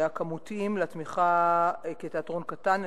הכמותיים לתמיכה כתיאטרון קטן,